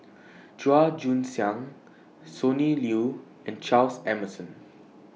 Chua Joon Siang Sonny Liew and Charles Emmerson